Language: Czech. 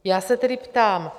Já se tedy ptám: